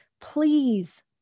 Please